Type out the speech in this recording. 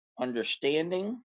understanding